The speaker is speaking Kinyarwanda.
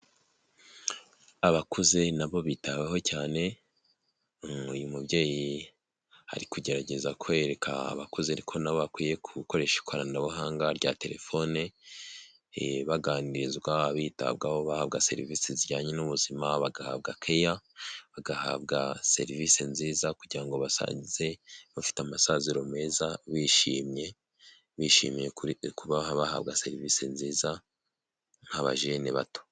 Abakuze nabo bitaweho cyane uyu mubyeyi ari kugerageza kwereka abakuze ariko nabo bakwiye gukoresha ikoranabuhanga rya telefoni baganirizwa bitabwaho bahabwa serivisi zijyanye n'ubuzima, bagahabwa keya, bagahabwa serivisi nziza kugira ngo basanze bafite amasezero meza bishimye, bishimiye kure kuba bahabwa serivisi nziza nk'abajene bato.